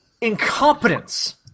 incompetence